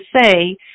say